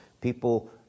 people